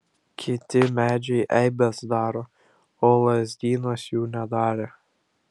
kiti medžiai eibes daro o lazdynas jų nedarė